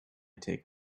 take